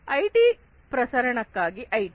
IT ಪ್ರಸರಣಕ್ಕಾಗಿ IT